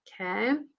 Okay